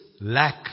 lack